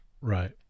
Right